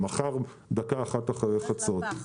או מחר דקה אחת אחרי חצות?